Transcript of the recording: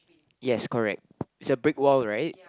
yes correct it's a brick wall right